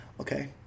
okay